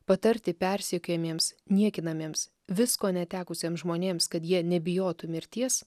patarti persekiojamiems niekinamiems visko netekusiems žmonėms kad jie nebijotų mirties